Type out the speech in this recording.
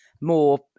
more